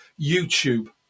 youtube